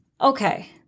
Okay